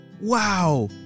Wow